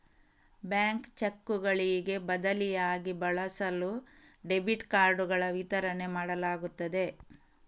bank ಚೆಕ್ಕುಗಳಿಗೆ ಬದಲಿಯಾಗಿ ಬಳಸಲು ಡೆಬಿಟ್ ಕಾರ್ಡುಗಳ ವಿತರಣೆ ಮಾಡಲಾಗುತ್ತದೆ